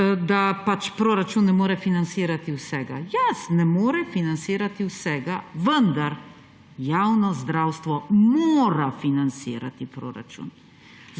pač proračun ne more financirati vsega. Ja, ne more financirati vsega, vendar javno zdravstvo mora financirati proračun,